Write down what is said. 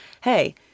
hey